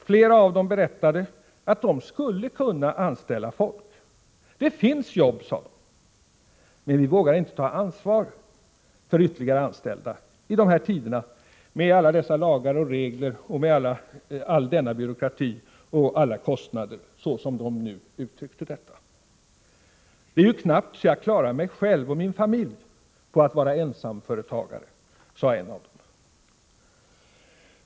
Flera av dem berättade att de skulle kunna anställa folk. Det finns jobb, sade de, men vi vågar inte ta ansvar för anställda i dessa tider med alla dessa lagar och regler och med all denna byråkrati och alla kostnader. Det är ju knappt så jag klarar mig och min familj på att vara ensamföretagare, sade en av dem.